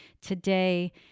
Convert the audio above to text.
today